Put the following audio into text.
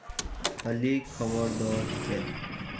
ᱦᱟᱹᱞᱤ ᱠᱷᱚᱵᱚᱨ ᱫᱚ ᱪᱮᱫ